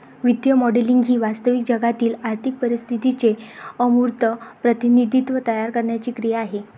वित्तीय मॉडेलिंग ही वास्तविक जगातील आर्थिक परिस्थितीचे अमूर्त प्रतिनिधित्व तयार करण्याची क्रिया आहे